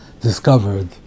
discovered